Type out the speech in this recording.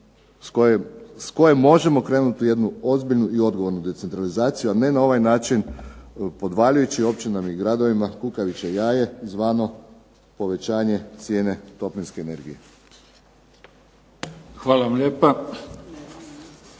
s koje možemo krenuti u jednu ozbiljnu i odgovornu decentralizaciju, a ne na ovaj način podvaljujući općinama i gradovima kukavičje jaje zvano povećanje cijene toplinske energije. **Mimica,